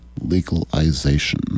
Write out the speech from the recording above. legalization